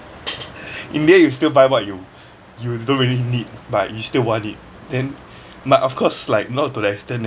in the end you still buy what you you don't really need but you still want it then but of course like not to the extent that